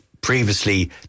previously